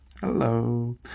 Hello